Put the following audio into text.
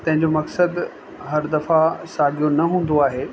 तंहिंजो मक़्सदु हर दफ़ा साॻियो न हूंदो आहे